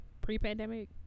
Pre-pandemic